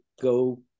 go